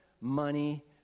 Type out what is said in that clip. money